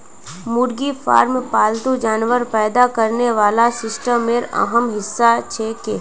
मुर्गी फार्म पालतू जानवर पैदा करने वाला सिस्टमेर अहम हिस्सा छिके